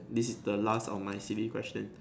this is the last of my silly question